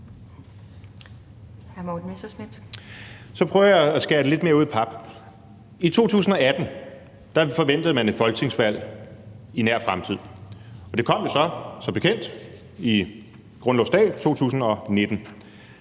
Så prøver jeg at skære det lidt mere ud i pap. I 2018 forventede man et folketingsvalg i nær fremtid, og det kom jo så som bekendt grundlovsdag 2019,